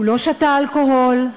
הוא לא שתה אלכוהול,